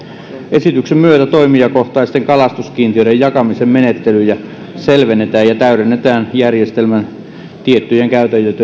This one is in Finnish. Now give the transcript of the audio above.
esityksen myötä toimijakohtaisten kalastuskiintiöiden jakamisen menettelyjä selvennetään ja täydennetään järjestelmän tiettyjä käytännön